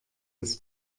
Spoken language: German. des